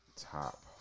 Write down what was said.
top